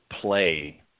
play